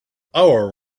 our